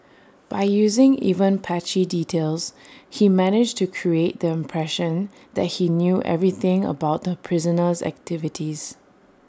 by using even patchy details he managed to create the impression that he knew everything about the prisoner's activities